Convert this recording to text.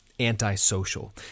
antisocial